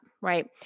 right